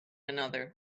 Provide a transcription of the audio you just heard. another